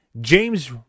james